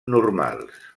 normals